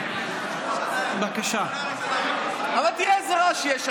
תראה איזה רעש יש.